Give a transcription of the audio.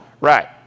Right